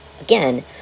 again